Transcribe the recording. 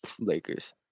Lakers